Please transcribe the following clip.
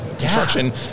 construction